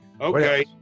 Okay